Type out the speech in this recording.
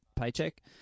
paycheck